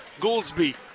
Gouldsby